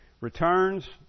returns